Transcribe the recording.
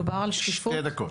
שתי דקות.